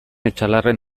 etxalarren